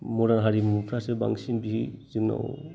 मदार्न हारिमुफ्रासो बांसिन बिदि जोंनाव